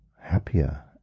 happier